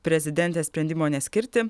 prezidentės sprendimo neskirti